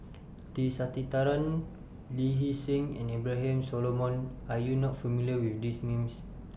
T Sasitharan Lee Hee Seng and Abraham Solomon Are YOU not familiar with These Names